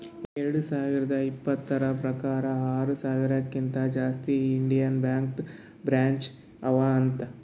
ಎರಡು ಸಾವಿರದ ಇಪ್ಪತುರ್ ಪ್ರಕಾರ್ ಆರ ಸಾವಿರಕಿಂತಾ ಜಾಸ್ತಿ ಇಂಡಿಯನ್ ಬ್ಯಾಂಕ್ದು ಬ್ರ್ಯಾಂಚ್ ಅವಾ ಅಂತ್